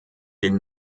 den